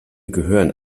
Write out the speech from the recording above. gehören